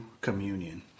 communion